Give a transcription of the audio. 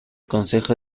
consejo